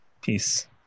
peace